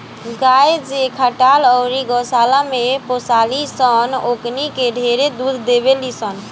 गाय जे खटाल अउरी गौशाला में पोसाली सन ओकनी के ढेरे दूध देवेली सन